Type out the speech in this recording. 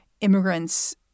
immigrants